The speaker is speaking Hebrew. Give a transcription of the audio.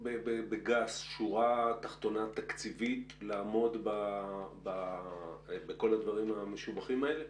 בגס שורה תחתונה תקציבית לעמוד בכל הדברים המשובחים האלה?